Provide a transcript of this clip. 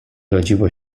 rodziło